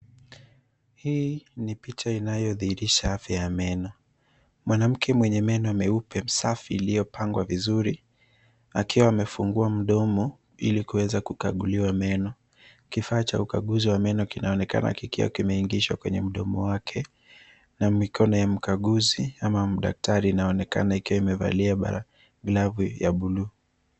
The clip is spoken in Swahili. Hii ni picha inayodhihirisha afya ya meno. Mwanamke mwenye meno meupe safi iliyopangwa vizuri akiwa amefungua mdomo ili kuweza kukaguliwa meno. Kifaa cha ukaguzi wa meno kinaonekana kikiwa kimeingishwa kwenye mdomo wake. Na mikono ya mkaguzi ama mdaktari inaonekana ikiwa imevalia bara glavu ya cs blue cs.